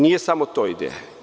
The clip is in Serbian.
Nije samo to ideja.